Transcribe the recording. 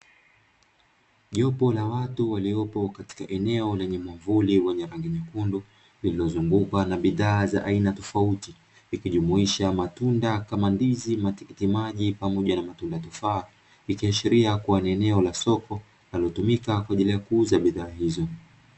Jopo la watu waliopo katika eneo lenye mwavuli wenye rangi nyekundu, lililozungukwa na bidhaa za aina tofauti ikijumuisha matunda kama ndizi, matikiti maji pamoja na matunda tufaa, ikiashiria kuwa ni eneo la soko linalotumika kwa ajili ya kuuza bidhaa hizo.